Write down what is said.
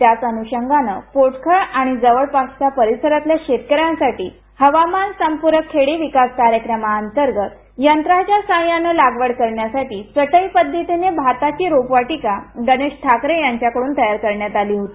त्याच अनुषंगानं पोटखळ आणि जवळपासच्या परीसरातल्या शेतकऱ्यांसाठी हवामान संप्रक खेडी विकास कार्यक्रमा अंतर्गत यंत्राच्या सहाय्यानं लागवड करण्यासाठी चटई पद्धतीनं भाताची रोपवाटिका गणेश ठाकरे यांच्याकडून तयार करण्यात आली होती